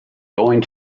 going